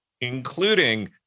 including